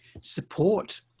support